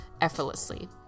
effortlessly